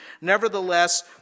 Nevertheless